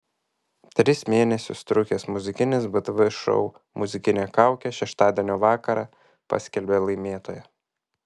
tris mėnesius trukęs muzikinis btv šou muzikinė kaukė šeštadienio vakarą paskelbė laimėtoją